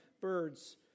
birds